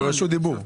הוא ברשות דיבור.